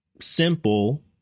simple